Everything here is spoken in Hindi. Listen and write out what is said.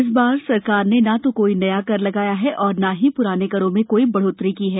इस बार सरकार ने न तो कोई नया कर लगाया है और न ही प्राने करों में कोई बढ़ोतरी की है